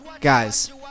Guys